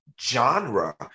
genre